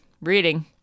Reading